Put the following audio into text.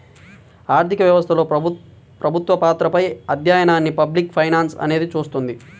ఆర్థిక వ్యవస్థలో ప్రభుత్వ పాత్రపై అధ్యయనాన్ని పబ్లిక్ ఫైనాన్స్ అనేది చూస్తుంది